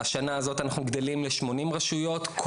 השנה הזו אנחנו גדלים לשמונים רשויות.